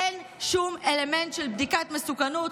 אין שום אלמנט של בדיקת מסוכנות,